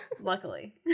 Luckily